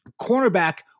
Cornerback